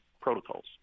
protocols